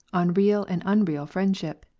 on real and unreal friendship,